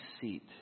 seat